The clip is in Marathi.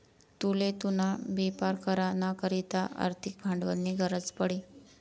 तुले तुना बेपार करा ना करता आर्थिक भांडवलनी गरज पडी